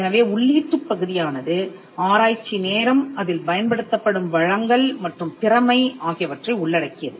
எனவே உள்ளீட்டுப் பகுதியானது ஆராய்ச்சி நேரம் அதில் பயன்படுத்தப்படும் வளங்கள் மற்றும் திறமை ஆகியவற்றை உள்ளடக்கியது